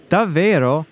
Davvero